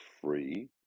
free